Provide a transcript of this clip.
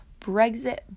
Brexit